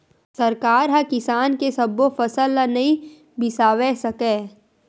सरकार ह किसान के सब्बो फसल ल नइ बिसावय सकय